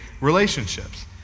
relationships